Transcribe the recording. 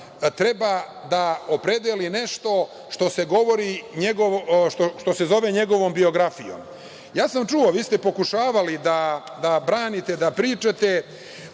treba da opredeli nešto što se zove njegovom biografijom. Čuo sam, vi ste pokušavali da branite, da pričate